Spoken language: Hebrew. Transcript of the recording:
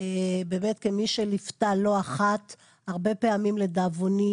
באמת כמי שליוותה לא אחת הרבה פעמים לדאבוני